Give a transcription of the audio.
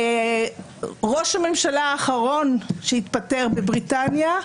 ראש הממשלה האחרון שהתפטר בבריטניה,